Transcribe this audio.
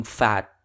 fat